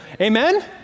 amen